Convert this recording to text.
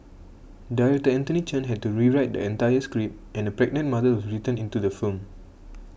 director Anthony Chen had to rewrite the entire script and a pregnant mother was written into the film